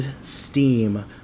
steam